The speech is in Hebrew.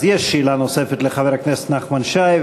אז יש שאלה נוספת לחבר הכנסת נחמן שי,